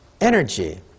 energy